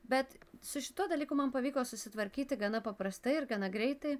bet su šituo dalyku man pavyko susitvarkyti gana paprastai ir gana greitai